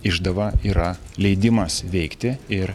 išdava yra leidimas veikti ir